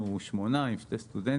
אנחנו שמונה עם שני סטודנטים.